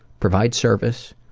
provide service,